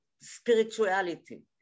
spirituality